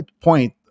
point